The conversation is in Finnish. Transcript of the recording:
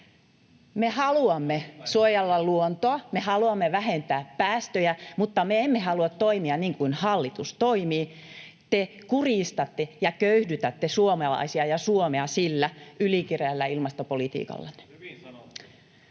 Me haluamme suojella luontoa, me haluamme vähentää päästöjä, mutta me emme halua toimia niin kuin hallitus toimii. Te kurjistatte ja köyhdytätte suomalaisia ja Suomea ylikireällä ilmastopolitiikallanne.